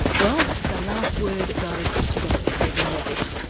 well the last word goes to dr stephen levick.